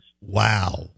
Wow